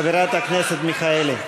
גברתי, חברת הכנסת מיכאלי.